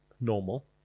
normal